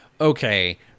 okay